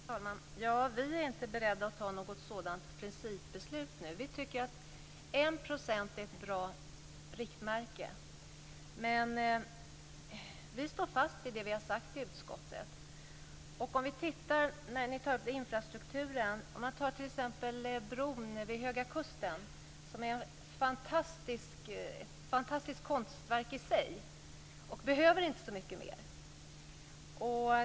Fru talman! Vi är inte beredda att fatta något sådant principbeslut nu. Vi tycker att 1 % är ett bra riktmärke. Men vi står fast vid det vi har sagt i utskottet. Ni tar upp infrastrukturen. Om vi som exempel tar bron vid höga kusten, som är ett fantastiskt konstverk i sig, behöver den inte så mycket mer.